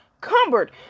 cumbered